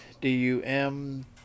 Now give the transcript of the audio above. D-U-M